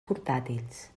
portàtils